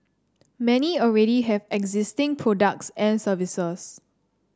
many already have existing products and services